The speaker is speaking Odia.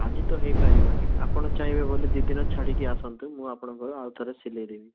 ଆଜି ତ ହେଇପାରିବନି ଆପଣ ଚାହିଁବେ ବୋଲେ ଦୁଇ ଦିନ ଛାଡ଼ିକି ଆସନ୍ତୁ ମୁଁ ଆପଣଙ୍କ ଆଉ ଥରେ ସିଲାଇ ଦେବି